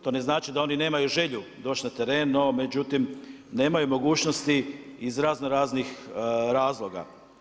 To ne znači da oni nemaju želju doć na teren, no međutim nemaju mogućnosti iz raznoraznih razloga.